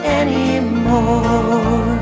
anymore